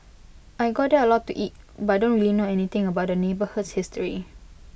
I go there A lot to eat but I don't really know anything about the neighbourhood's history